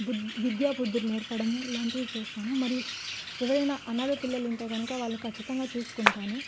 బుధ్ విద్యాబుద్ధులు నేర్పడం లాంటివి చేస్తాను మరియు ఎవరైనా అనాధ పిల్లలు ఉంటే కనుక వాళ్ళని ఖచ్చితంగా చూసుకుంటాను